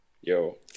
yo